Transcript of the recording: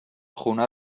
خونه